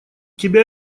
тебя